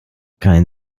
kein